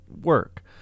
work